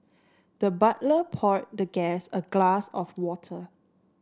the butler poured the guest a glass of water